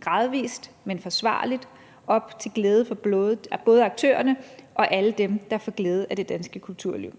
gradvis, men forsvarligt op til glæde for både aktørerne og alle dem, der får glæde af det danske kulturliv.